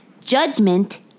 judgment